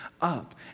up